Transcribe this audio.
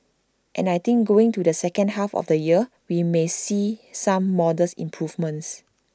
and I think going to the second half of the year we may see some modest improvements